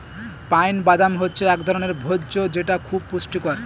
pine বাদাম হচ্ছে এক ধরনের ভোজ্য যেটা খুব পুষ্টিকর